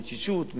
מתשישות,